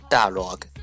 Dialogue